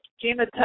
Gina